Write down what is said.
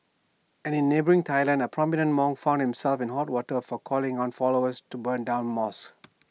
and in neighbouring Thailand A prominent monk found himself in hot water for calling on followers to burn down mosques